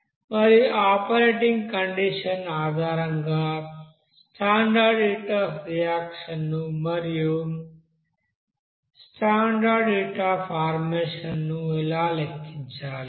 మరియు ఆ operating condition ఆధారంగా స్టాండర్డ్ హీట్ అఫ్ రియాక్షన్ ను మరియు స్టాండర్డ్ హీట్ అఫ్ ఫార్మేషన్ ఎలా లెక్కించాలి